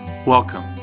Welcome